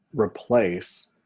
replace